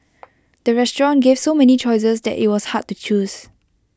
the restaurant gave so many choices that IT was hard to choose